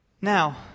Now